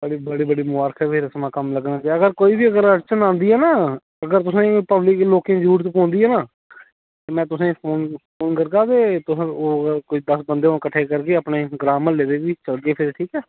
बड़ी बड़ी मुबारक ऐ कम्म लग्गना चाहिदा कोई बी अगर अड़चन आंदी ऐ ना अगर तुसेंगी पब्लिक लोकें दी जरूरत पौंदी ऐ ना में तुसेंगी फोन करगा ते ओह् दस्स बंदे किट्ठे करगे अपने ग्रां म्हल्लै दे बी करगे ठीक ऐ